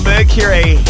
Mercury